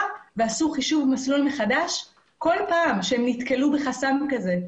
ועשו חישוב מסלול מחדש כל פעם שהם נתקלו בחסם כזה.